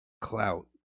clout